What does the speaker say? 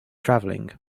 travelling